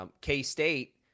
K-State